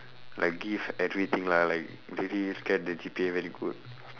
like give everything lah like really get the G_P_A very good